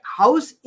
house